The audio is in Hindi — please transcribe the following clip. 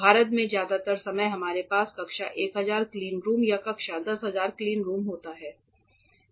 भारत में ज्यादातर समय हमारे पास कक्षा 1000 क्लीन रूम या कक्षा 10000 क्लीन रूम होते हैं